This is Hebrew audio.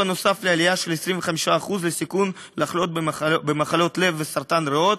בנוסף לעלייה של 25% בסיכון לחלות במחלות לב וסרטן הריאות.